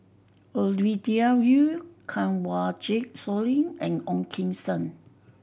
Ovidia Yu Kanwaljit Soin and Ong Keng Sen